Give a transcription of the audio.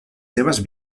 seves